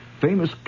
famous